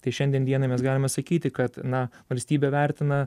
tai šiandien dienai mes galime sakyti kad na valstybė vertina